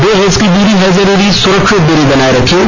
दो गज की दूरी है जरूरी सुरक्षित दूरी बनाए रखें